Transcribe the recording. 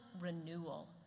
renewal